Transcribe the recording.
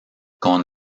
con